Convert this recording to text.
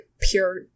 pure